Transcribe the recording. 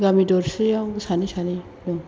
गामि दरसेयाव सानै सानै दं